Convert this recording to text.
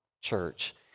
church